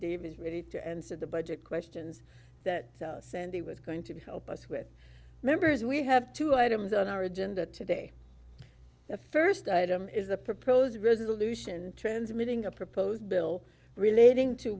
dave is ready to answer the budget questions that sandy was going to help us with members we have two items on our agenda today the first item is the proposed resolution transmitting a proposed bill relating to